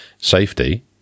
safety